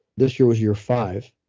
this year was year five.